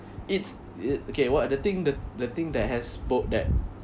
it's a~ okay what are the thing the the thing that has both that